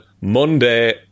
Monday